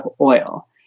oil